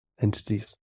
entities